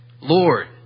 Lord